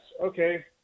Okay